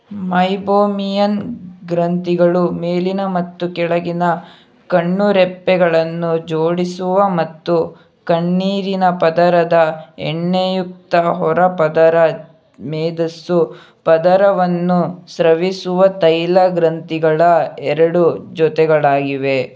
meibomian ಗ್ರಂಥಿಗಳು ಮೇಲಿನ ಮತ್ತು ಕೆಳಗಿನ ಕಣ್ಣುರೆಪ್ಪೆಗಳನ್ನು ಜೋಡಿಸುವ ಮತ್ತು ಕಣ್ಣೀರಿನ ಪದರದ ಎಣ್ಣೆಯುಕ್ತ ಹೊರ ಪದರ ಮೇದಸ್ಸು ಪದರವನ್ನು ಸ್ರವಿಸುವ ತೈಲ ಗ್ರಂಥಿಗಳ ಎರಡು ಜೊತೆಗಳಾಗಿವೆ